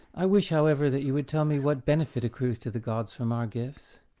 i wish, however, that you would tell me what benefit accrues to the gods from our gifts.